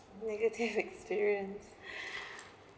negative experience